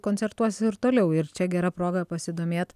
koncertuos ir toliau ir čia gera proga pasidomėt